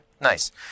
nice